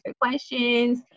questions